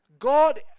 God